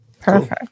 Perfect